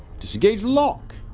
disengage lock